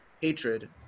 hatred